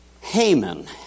Haman